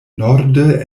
norde